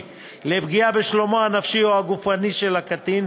לפגיעה בשלומו הנפשי או הגופני של הקטין,